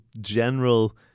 general